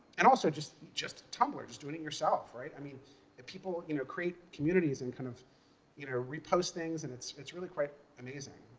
and also just just tumblr, just doing it yourself, i mean if people you know create communities and kind of you know repost things, and it's it's really quite amazing.